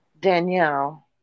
Danielle